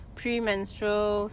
premenstrual